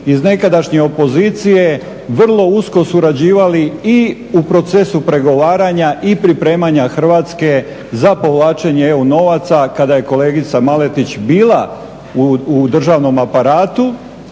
iz nekadašnje opozicije vrlo usko surađivali i u procesu pregovaranja i pripremanja Hrvatske za povlačenje EU novaca kada je kolegica Maletić bila u državnom aparatu